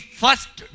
first